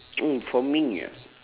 oh for me ah